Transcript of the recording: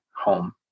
home